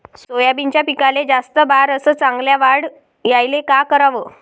सोयाबीनच्या पिकाले जास्त बार अस चांगल्या वाढ यायले का कराव?